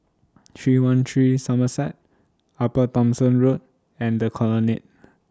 three one three Somerset Upper Thomson Road and The Colonnade